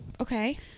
okay